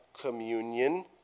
communion